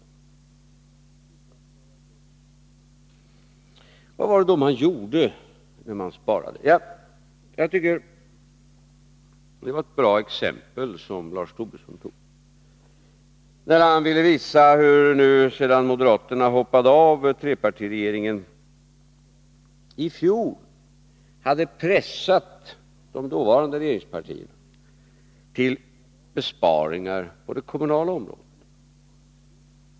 Vad gjorde man då när man sparade? Jag tycker det var ett bra exempel som Lars Tobisson tog upp, när han ville visa hur moderaterna, sedan de hoppade av trepartiregeringen i fjol, hade pressat de dåvarande regeringspartierna till besparingar på det kommunala området.